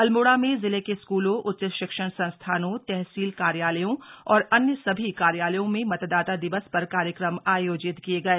अल्मोड़ा में जिले के स्कूलों उच्च शिक्षण संस्थानों तहसील कार्यालयों और अन्य सभी कार्यालयों में मतदाता दिवस पर कार्यक्रम आयोजित किये गए